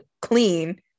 clean